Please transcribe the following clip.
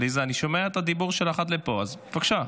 אני שומע את הדיבור שלך עד לפה, אז בבקשה.